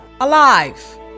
Alive